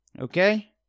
Okay